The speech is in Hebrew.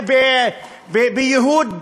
בייהוד ירושלים,